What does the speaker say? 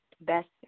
Best